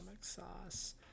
sauce